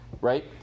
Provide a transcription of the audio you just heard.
Right